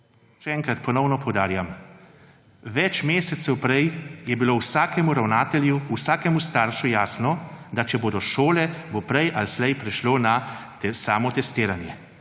Še enkrat, ponovno poudarjam, več mesecev prej je bilo vsakemu ravnatelju, vsakemu staršu jasno, da če bodo šole, bo prej ali slej prišlo na samotestiranje.